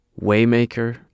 Waymaker